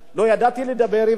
לא ידעתי לדבר עברית,